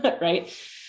right